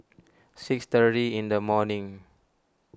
six thirty in the morning